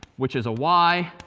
which is a y.